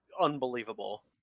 unbelievable